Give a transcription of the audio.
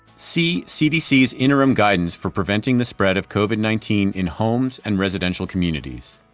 see cdc's interim guidance for preventing the spread of covid nineteen in homes and residential communities.